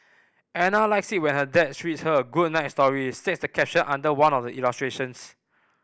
Ana likes it when her dad read her a good night story states the caption under one of the illustrations